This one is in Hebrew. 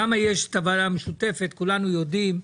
למה יש את הוועדה המשותפת כולנו יודעים,